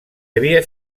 havia